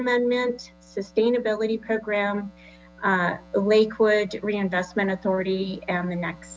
amendment sustainability program lakewood reinvestment authority and the next